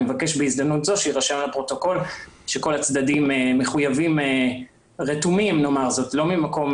אני מבקש בהזדמנות זאת שיירשם לפרוטוקול שכל הצדדים רתומים ומבינים